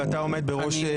ואתה עומד בראש.